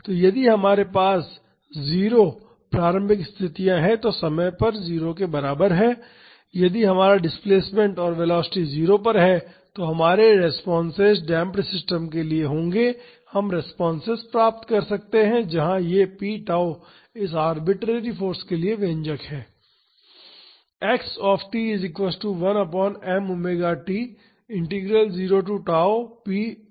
तो यदि हमारे पास 0 प्रारंभिक स्थितियां हैं जो समय पर 0 के बराबर हैं यदि हमारा डिस्प्लेसमेंट और वेलोसिटी 0 पर है तो हमारे रेस्पॉन्सेस डेम्प्ड सिस्टम्स के लिए होंगे हम रेस्पॉन्सेस पा सकते हैं जहां यह p tau इस आरबिटरेरी फाॅर्स के लिए व्यंजक है